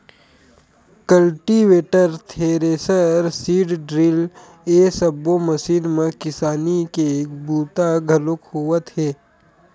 cultivator, thresher, seed drill ए सब्बो machine म किसानी के बूता घलोक होवत हे